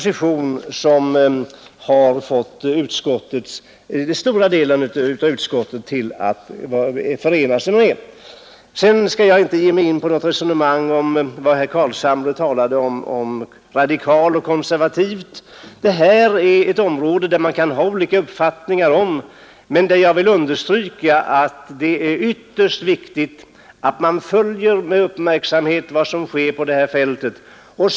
Stora delar av utskottet har också enats om den. Sedan skall jag inte ge mig in på något resonemang om herr Carlshamres synpunkter på radikalt och konservativt. Detta är ett område, om vilket olika uppfattningar kan råda, men jag vill understryka att det är ytterst viktigt att man med uppmärksamhet följer vad som sker på detta fält.